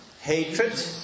Hatred